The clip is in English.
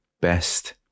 best